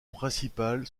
principale